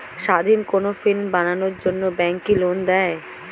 স্বাধীন কোনো ফিল্ম বানানোর জন্য ব্যাঙ্ক কি লোন দেয়?